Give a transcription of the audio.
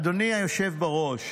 אדוני היושב בראש,